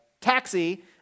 taxi